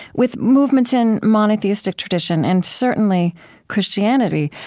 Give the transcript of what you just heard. with movements in monotheistic tradition, and certainly christianity.